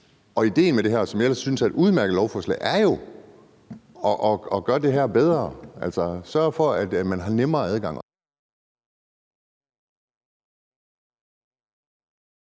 Idéen med det her, som jeg ellers synes er et udmærket lovforslag, er jo at gøre det her bedre, altså sørge for, at man har nemmere adgang.